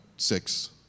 six